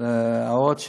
להערות שהערת,